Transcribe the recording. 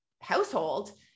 household